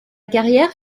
carrière